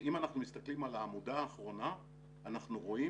אם אנחנו מסתכלים על העמודה האחרונה אנחנו רואים